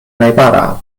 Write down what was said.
najbara